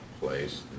place